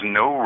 no